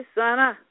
Sana